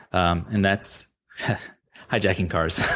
um and that's hijacking cars.